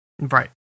Right